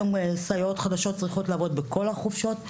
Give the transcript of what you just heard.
הסייעות צריכות לעבוד בכל החופשות.